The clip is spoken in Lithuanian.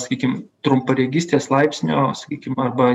sakykim trumparegystės laipsnio sakykim arba